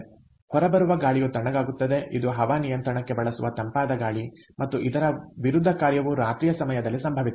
ಆದ್ದರಿಂದ ಹೊರಬರುವ ಗಾಳಿಯು ತಣ್ಣಗಾಗುತ್ತದೆ ಇದು ಹವಾನಿಯಂತ್ರಣಕ್ಕೆ ಬಳಸುವ ತಂಪಾದ ಗಾಳಿ ಮತ್ತು ಇದರ ವಿರುದ್ಧ ಕಾರ್ಯವು ರಾತ್ರಿಯ ಸಮಯದಲ್ಲಿ ಸಂಭವಿಸುತ್ತದೆ